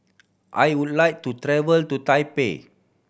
I would like to travel to Taipei